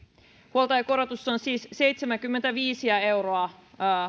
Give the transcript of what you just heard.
huoltajakorotus on siis seitsemänkymmentäviisi euroa